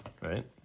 right